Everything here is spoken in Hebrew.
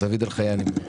דוד אלחייני, בבקשה.